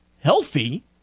healthy